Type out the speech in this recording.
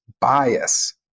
bias